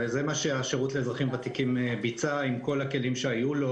זה מה שהשירות לאזרחים ותיקים ביצע עם כל הכלים שהיו לו